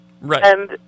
Right